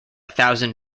thousand